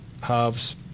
halves